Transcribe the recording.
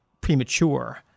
premature